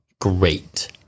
great